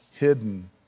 hidden